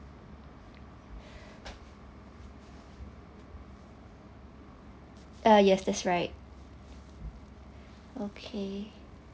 ah yes that's right okay